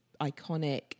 iconic